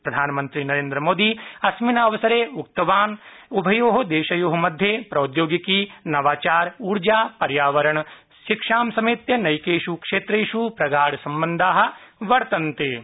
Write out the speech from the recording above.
प्रधानमन्त्री नोन्द्रमोदी अस्मिन् अवसरे उक्तवान् यत् उभयोः देशयोः मध्ये प्रौद्योगिकी नवाचार ऊर्जा पर्यावरण शिक्षां समेत्य नैकेष् क्षेत्रेष् प्रगाढ सम्बन्धाः वर्तन्ते